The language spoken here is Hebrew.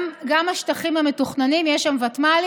גם שטחים מתוכננים, יש שם ותמ"לים,